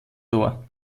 tor